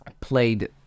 played